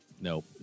No